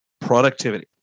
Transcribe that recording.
productivity